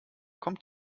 kommt